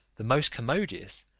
the most commodious,